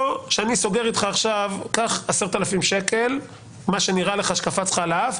או שאני סוגר איתך עכשיו: קח 10,000 שקל על מה שקפץ לך לאף,